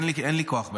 אין לי כוח,